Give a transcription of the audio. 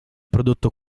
prodotto